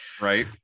Right